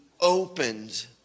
opened